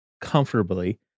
comfortably